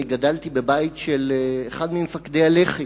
אני גדלתי בבית של אחד ממפקדי הלח"י,